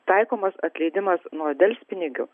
taikomas atleidimas nuo delspinigių